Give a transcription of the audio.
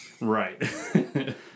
Right